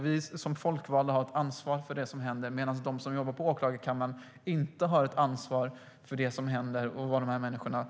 Vi som folkvalda har ett ansvar för det som händer, medan de som jobbar på åklagarkammaren inte har ansvar för det som händer och vad de här människorna gör.